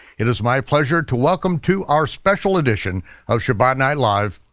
it is my pleasure to welcome to our special edition of shabbat night live,